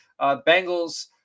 Bengals